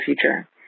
future